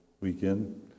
weekend